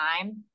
time